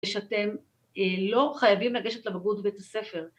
‫שאתם לא חייבים ‫לגשת לבגרות בבית הספר.